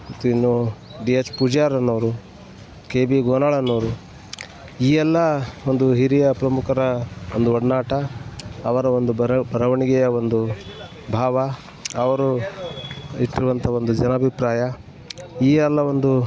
ಮತ್ತು ಇನ್ನೂ D H Pujar ಅನ್ನೋರು ಕೆ ಬಿ ಗೋನಾಳ್ ಅನ್ನೋರು ಈ ಎಲ್ಲ ಒಂದು ಹಿರಿಯ ಪ್ರಮುಖರ ಒಂದು ಒಡನಾಟ ಅವರ ಒಂದು ಬರ ಬರವಣಿಗೆಯ ಒಂದು ಭಾವ ಅವರು ಇಟ್ಟಿರುವಂಥ ಒಂದು ಜನಾಭಿಪ್ರಾಯ ಈ ಎಲ್ಲ ಒಂದು